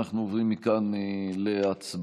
אנחנו עוברים מכאן להצבעה.